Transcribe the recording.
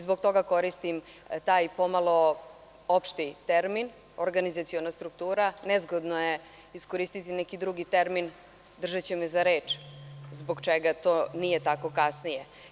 Zbog toga koristim taj pomalo opšti termin, organizaciona struktura, nezgodno je iskoristiti neki drugi termin držeći me za reč zbog čega to nije tako kasnije.